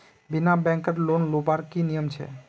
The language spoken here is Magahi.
बिना बैंकेर लोन लुबार की नियम छे?